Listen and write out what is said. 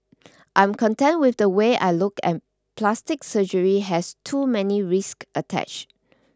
I'm content with the way I look and plastic surgery has too many risks attached